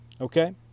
okay